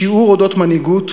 שיעור אודות מנהיגות,